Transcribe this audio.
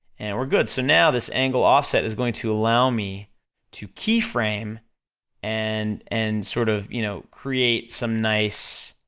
and we're good, so now this angle offset is going to allow me to keyframe and, and sort of, you know, create some nice,